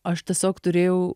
aš tiesiog turėjau